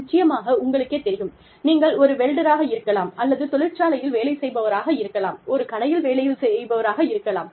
நிச்சயமாக உங்களுக்கே தெரியும் நீங்கள் ஒரு வெல்டராக இருக்கலாம் அல்லது தொழிற்சாலையில் வேலை செய்பவராக இருக்கலாம் ஒரு கடையில் வேலையில் செய்பவராக இருக்கலாம்